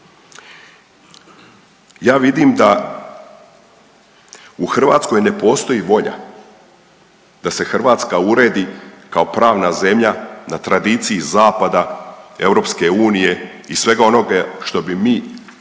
Ja vidim da u Hrvatskoj ne postoji volja da se Hrvatska uredi kao pravna zemlja na tradiciji zapada EU i svega onoga što bi mi deklaratorno